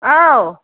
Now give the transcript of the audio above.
औ